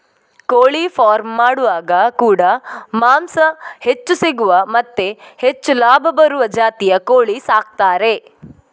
ಕೋಳಿ ಫಾರ್ಮ್ ಮಾಡುವಾಗ ಕೂಡಾ ಮಾಂಸ ಹೆಚ್ಚು ಸಿಗುವ ಮತ್ತೆ ಹೆಚ್ಚು ಲಾಭ ಬರುವ ಜಾತಿಯ ಕೋಳಿ ಸಾಕ್ತಾರೆ